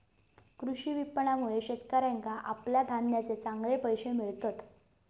कृषी विपणनामुळे शेतकऱ्याका आपल्या धान्याचे चांगले पैशे मिळतत